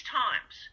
times